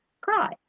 cry